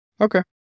Okay